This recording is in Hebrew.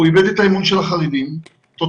הוא איבד את האמון של החרדים טוטלי.